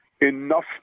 enough